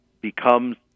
becomes